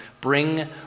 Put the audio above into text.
bring